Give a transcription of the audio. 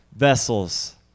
Vessels